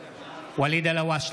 (קורא בשמות חברי הכנסת) ואליד אלהואשלה,